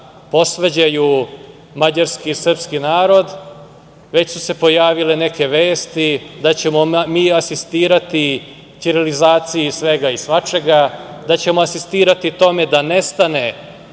posvađaju mađarski i srpski narod. Već su se pojavile neke vesti da ćemo asistirati ćirilizaciji svega i svačega, da ćemo asistirati tome da nestane